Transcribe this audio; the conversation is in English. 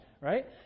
right